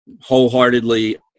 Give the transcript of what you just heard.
wholeheartedly